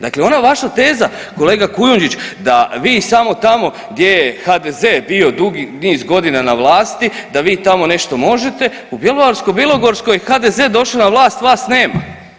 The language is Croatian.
Dakle ona vaša teza, kolega Kujundžić da vi samo tamo gdje je HDZ bio dugi niz godina na vlasti, da vi tamo nešto možete, u Bjelovarsko-bilogorskoj, HDZ došao na vlast, vas nema.